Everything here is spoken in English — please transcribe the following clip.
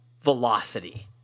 velocity